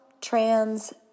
trans